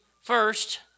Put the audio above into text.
first